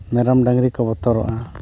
ᱢᱮᱨᱚᱢ ᱰᱟᱝᱨᱤ ᱠᱚ ᱵᱚᱛᱚᱨᱚᱜᱼᱟ